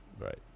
right